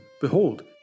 Behold